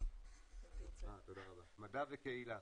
מדע וקהילה.